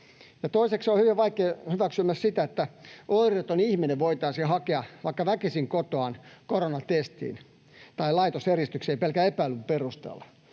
Toiseksi on hyvin vaikea hyväksyä myöskään sitä, että oireeton ihminen voitaisiin hakea vaikka väkisin kotoaan koronatestiin tai laitoseristykseen pelkän epäilyn perusteella.